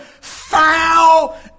foul